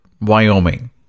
Wyoming